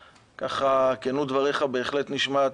וכנות דבריך בהחלט נשמעת,